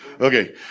Okay